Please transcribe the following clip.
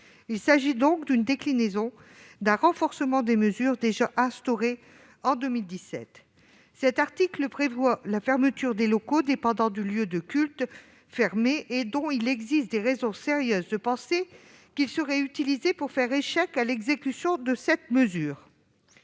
Il s'agit donc d'une déclinaison et d'un renforcement des mesures instituées en 2017. L'article prévoit ainsi la fermeture des locaux dépendant du lieu de culte fermé et dont il existe des raisons sérieuses de penser qu'ils seraient utilisés pour faire échec à l'exécution de cette mesure.